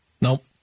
Nope